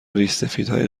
ریشسفیدهای